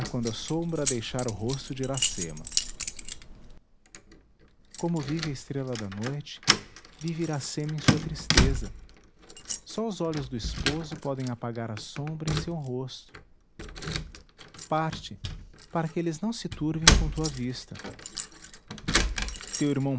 a sombra deixar o rosto de iracema como vive estrela da noite vive iracema em sua tristeza só os olhos do esposo podem apagar a sombra em seu rosto parte para que eles não se turvem com tua vista teu irmão